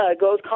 goes